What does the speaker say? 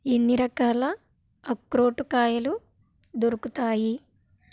ఎన్ని రకాల అక్రోటుకాయలు దొరుకుతాయి